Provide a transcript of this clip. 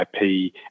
IP